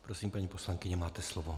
Prosím, paní poslankyně, máte slovo.